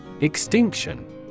Extinction